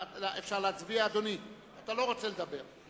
אפשר להצביע, אדוני, אתה לא רוצה לדבר.